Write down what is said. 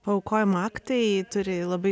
paaukojimo aktai turi labai